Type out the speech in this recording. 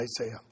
Isaiah